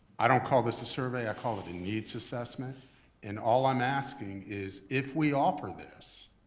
i don't call this a survey, i call it a needs assessment and all i'm asking is if we offer this,